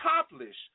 accomplish